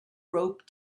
rope